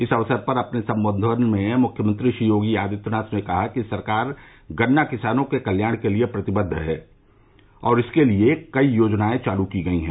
इस अवसर पर अपने सम्बोधन में मुख्यमंत्री योगी आदित्यनाथ ने कहा कि सरकार गन्ना किसानों के कल्याण के लिये प्रतिबद्व है और इसके लिये कई योजनाएं चालू की गई है